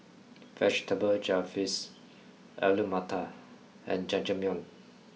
vegetable Jalfrezi Alu Matar and Jajangmyeon